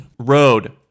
Road